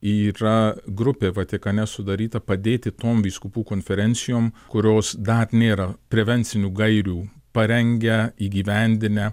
yra grupė vatikane sudaryta padėti tom vyskupų konferencijom kurios dar nėra prevencinių gairių parengę įgyvendinę